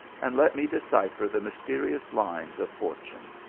and let me decipher the mysterious lines of fortune.